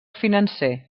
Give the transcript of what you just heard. financer